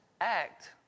act